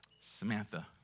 Samantha